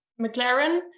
mclaren